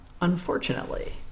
Unfortunately